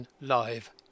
live